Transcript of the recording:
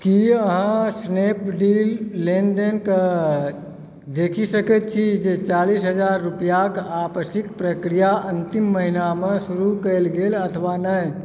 की अहाँ स्नैपडील लेनदेन के देखि सकैत छी जे चालीस हजार रुपैआक आपसीक प्रक्रिया अंतिम महीनामे शुरू कयल गेल अथवा नहि